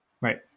Right